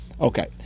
Okay